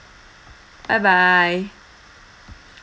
bye bye